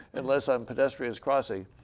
and less time pedestrian crossing.